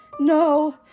No